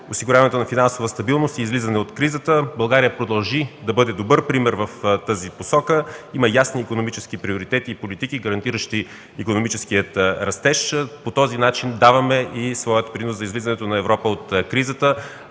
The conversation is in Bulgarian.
осигуряването на финансова стабилност и излизане от кризата. България продължи да бъде добър пример в тази посока. Има ясни икономически приоритети и политики, гарантиращи икономическия растеж. По този начин даваме и своя принос за излизането на Европа от кризата.